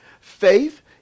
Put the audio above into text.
Faith